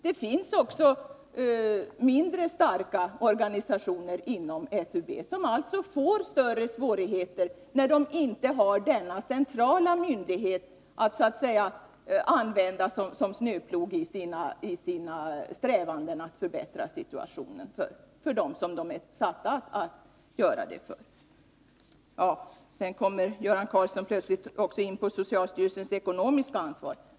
Det finns också mindre starka organisationer inom FUB, som får större möjligheter när de har en central myndighet att använda som snöplog i sina strävanden att förbättra situationen för dem vilkas intressen de är satta att bevaka. Göran Karlsson kom vidare plötsligt också in på socialstyrelsens ekonomiska ansvar.